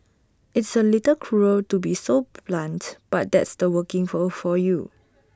it's A little cruel to be so blunt but that's the working world for you